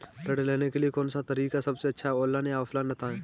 ऋण लेने के लिए कौन सा तरीका सबसे अच्छा है ऑनलाइन या ऑफलाइन बताएँ?